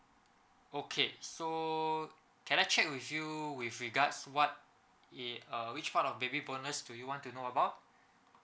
okay so can I check with you with regards what i~ uh which part of baby bonus do you want to know about